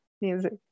music